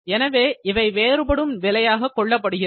எனவே இவை வேறுபடும் விலையாக கொள்ளப்படுகிறது